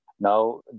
Now